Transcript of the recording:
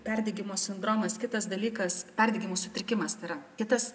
perdegimo sindromas kitas dalykas perdegimų sutrikimas tai yra kitas